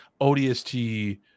ODST